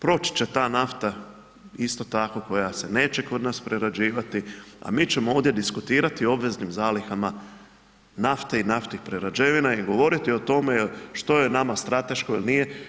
Proći će ta nafta isto tako koja se neće kod nas prerađivati, a mi ćemo ovdje diskutirati o obveznim zalihama nafte i naftnih prerađevina i govoriti o tome što je nama strateško ili nije.